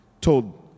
told